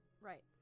Right